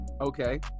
Okay